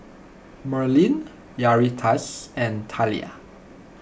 Merlin Yaritza and Thalia